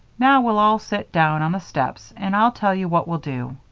now, we'll all sit down on the steps and i'll tell you what we'll do.